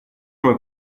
мой